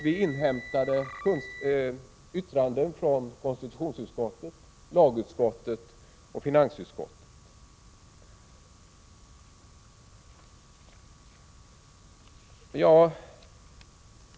Vi inhämtade yttranden från konstitutionsutskottet, lagutskottet och finansutskottet.